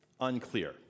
unclear